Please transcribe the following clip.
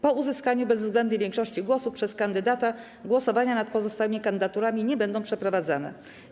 Po uzyskaniu bezwzględnej większości głosów przez kandydata głosowania nad pozostałymi kandydaturami nie będą przeprowadzone.